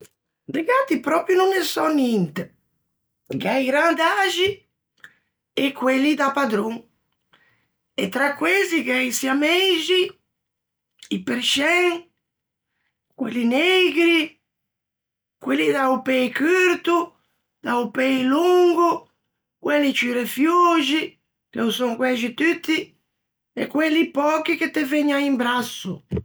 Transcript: De gatti pròpio no ne sò ninte: gh'é i randaxi e quelli da padron, e tra questi gh'é i siameixi, i perscien, quelli neigri, quelli da-o pei curto, da-o pei longo, quelli ciù refioxi, che ô son quæxi tutti, e quelli pöchi che te vëgnan in brasso.